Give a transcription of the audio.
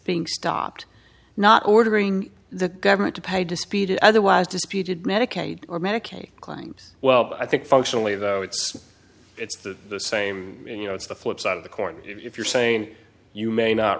being stopped not ordering the government to pay to speed otherwise disputed medicaid or medicaid claims well i think functionally though it's it's the same you know it's the flip side of the court if you're saying you may not